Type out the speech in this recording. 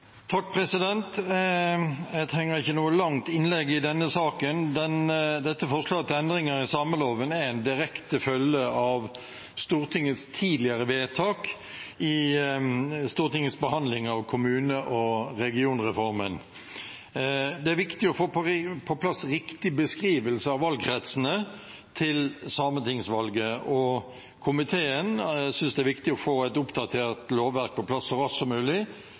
direkte følge av Stortingets tidligere vedtak i forbindelse med Stortingets behandling av kommune- og regionreformen. Det er viktig å få på plass riktig beskrivelse av valgkretsene til sametingsvalget. Komiteen synes det er viktig å få et oppdatert lovverk på plass så raskt som mulig.